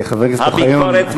חבר הכנסת אוחיון,